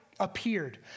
Appeared